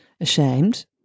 ashamed